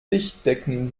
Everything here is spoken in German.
tischdecken